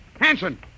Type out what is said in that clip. Hanson